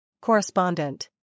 Correspondent